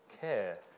care